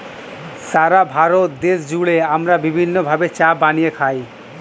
সারা ভারত দেশ জুড়ে আমরা বিভিন্ন ভাবে চা বানিয়ে খাই